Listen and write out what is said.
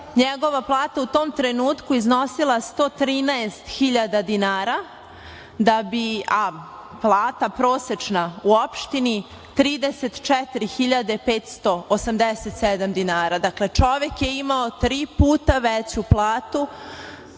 njegova plata u tom trenutku iznosila 113 hiljada dinara, da bi, a plata prosečna u opštini 34.587 dinara. Dakle, čovek je imao tri puta veću platu,